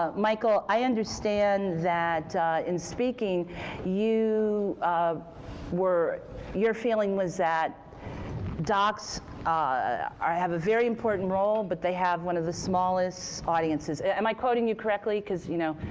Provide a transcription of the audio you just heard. um michael, i understand that in speaking you were your feeling was that docs have a very important role, but they have one of the smallest audiences. am i quoting you correctly, because, you know,